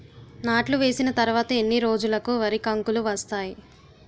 నాట్లు వేసిన తర్వాత ఎన్ని రోజులకు వరి కంకులు వస్తాయి?